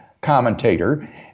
commentator